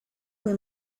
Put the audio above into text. fue